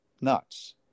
nuts